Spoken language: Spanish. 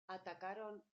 atacaron